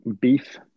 Beef